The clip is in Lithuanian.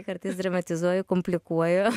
kartais dramatizuoju komplikuoju